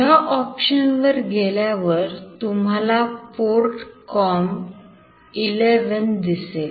या ऑप्शन वर गेल्यावर तुम्हाला port comm11 दिसेल